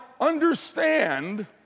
understand